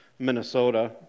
Minnesota